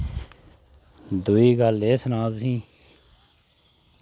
दुई गल्ल एह् सनांऽ तुसें